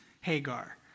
Hagar